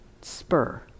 spur